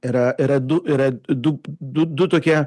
yra yra du yra du du du tokie